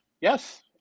Yes